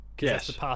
Yes